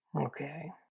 Okay